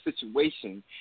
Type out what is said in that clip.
situation